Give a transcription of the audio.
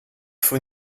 faut